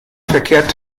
verkehrt